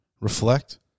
reflect